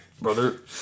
Brother